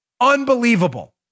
Unbelievable